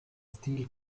steel